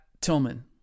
Tillman